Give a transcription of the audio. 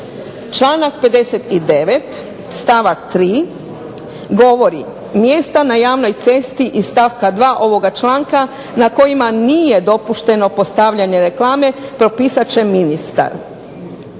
Članak 59. stavak 3. govori mjesta na javnoj cesti iz stavka 2. ovoga članka na kojima nije dopušteno postavljanje reklame propisat će ministar.